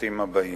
המשטים הבאים.